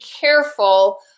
careful